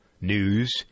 news